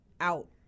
out